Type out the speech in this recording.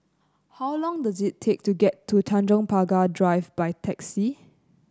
how long does it take to get to Tanjong Pagar Drive by taxi